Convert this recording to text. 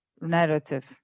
narrative